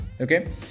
Okay